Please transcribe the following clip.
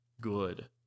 good